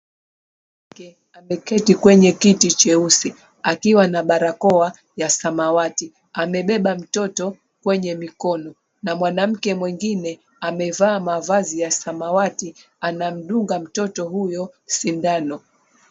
Mwanamke ameketi kwenye kiti cheusi akiwa na barakoa ya samawati. Amebeba mtoto kwenye mikono na mwanamke mwengine amevaa mavazi ya samawati anamdunga mtoto huyo sindano.